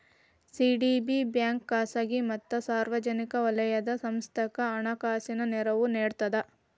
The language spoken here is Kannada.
ಸಿ.ಡಿ.ಬಿ ಬ್ಯಾಂಕ ಖಾಸಗಿ ಮತ್ತ ಸಾರ್ವಜನಿಕ ವಲಯದ ಸಂಸ್ಥಾಕ್ಕ ಹಣಕಾಸಿನ ನೆರವು ನೇಡ್ತದ